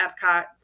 Epcot